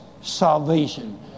salvation